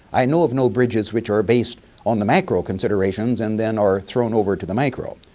i know of no bridges which are based on the macro considerations and then are thrown over to the micro.